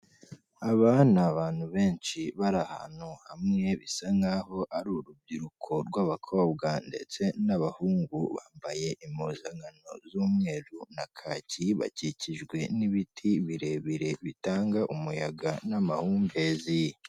Aba ni abantu benshi bari ahantu hamwe, bisa nk'aho ari urubyiruko rw'abakobwa ndetse n'abahungu, bambaye impuzankano z'umweru na kaki, bakikijwe n'ibiti birebire bitanga umuyaga n'amahumbezi.